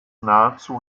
nahezu